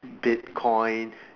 bitcoin